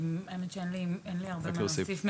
האמת שאין לי הרבה מה להוסיף,